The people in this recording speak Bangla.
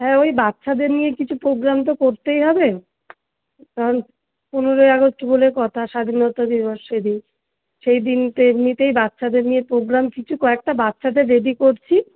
হ্যাঁ ওই বাচ্চাদের নিয়ে কিছু পোগ্রাম তো করতেই হবে কারণ পনেরোই আগস্ট বলে কথা স্বাধীনতা দিবস সেদিন সেই দিনটা এমনিতেই বাচ্চাদের নিয়ে পোগ্রাম কিছু কয়েকটা বাচ্চাদের রেডি করছি